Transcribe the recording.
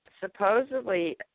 Supposedly